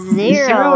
zero